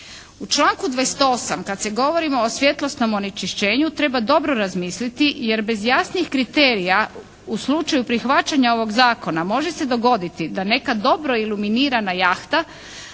U članku 28. kad se govorimo o svjetlosnom onečišćenju treba dobro razmisliti jer bez jasnih kriterija u slučaju prihvaćanja ovog Zakona može se dogoditi da neka dobro iluminirana jahta